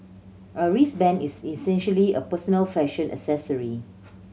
a wristband is essentially a personal fashion accessory